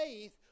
faith